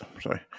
sorry